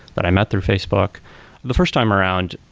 but i met through facebook the first time around,